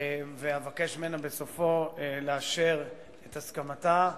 ואבקש ממנה בסופו לאשר את הסכמתה.